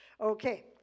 Okay